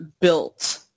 built